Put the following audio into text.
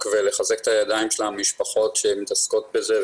ולחזק את ידי המשפחות שמתעסקות בזה.